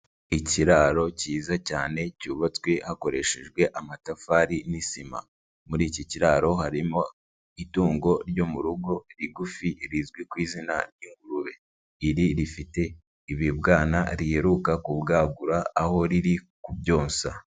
Ikiraro cyiza cyane cyubatswe hakoreshejwe amatafari n'isima. Muri iki kiraro harimo itungo ryo mu rugo rigufi rizwi ku izina nk'ingurube. Iri rifite ibibwana riheruka kubwagura aho riri kubyonsa.